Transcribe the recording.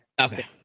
okay